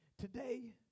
Today